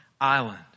island